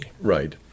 right